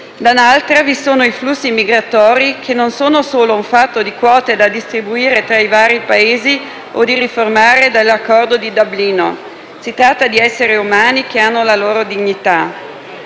dall'altra vi sono i flussi migratori, che non sono solo un fatto di quote da distribuire tra i vari Paesi o di riformare l'accordo di Dublino, ma si tratta di esseri umani che hanno la loro dignità.